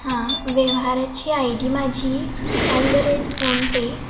हां व्यवहाराची I D माझी ॲल द रेट फोनपे